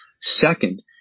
Second